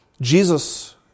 Jesus